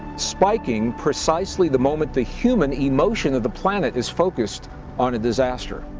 spiking precisely the moment the human emotion of the planet is focused on a disaster.